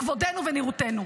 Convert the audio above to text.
כבודנו ונראותנו.